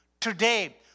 today